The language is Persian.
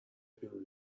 بیرون